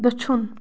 دٔچھُن